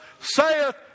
saith